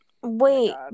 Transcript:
Wait